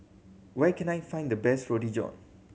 where can I find the best Roti John